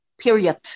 period